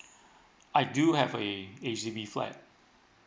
I do have a H_D_B flat